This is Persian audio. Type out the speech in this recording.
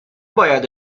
باید